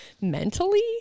Mentally